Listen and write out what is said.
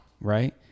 right